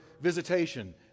visitation